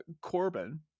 Corbin